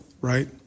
right